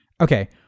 okay